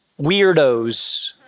weirdos